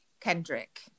Kendrick